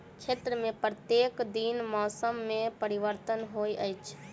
क्षेत्र में प्रत्येक दिन मौसम में परिवर्तन होइत अछि